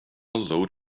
load